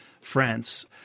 France